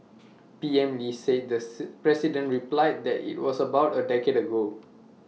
P M lee said the president replied that IT was about A decade ago